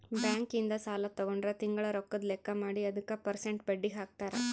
bank ಇಂದ ಸಾಲ ತಗೊಂಡ್ರ ತಿಂಗಳ ರೊಕ್ಕದ್ ಲೆಕ್ಕ ಮಾಡಿ ಅದುಕ ಪೆರ್ಸೆಂಟ್ ಬಡ್ಡಿ ಹಾಕ್ತರ